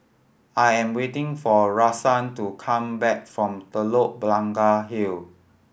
I am waiting for Rahsaan to come back from Telok Blangah Hill